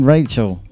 Rachel